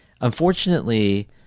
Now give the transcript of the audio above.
Unfortunately